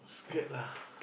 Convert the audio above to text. scared lah